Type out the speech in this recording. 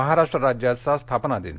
महाराष्ट्र राज्याचा स्थापना दिन